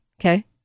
Okay